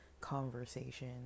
conversation